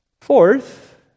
Fourth